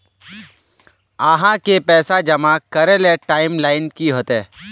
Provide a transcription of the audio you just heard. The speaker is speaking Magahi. आहाँ के पैसा जमा करे ले टाइम लाइन की होते?